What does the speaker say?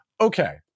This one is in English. Okay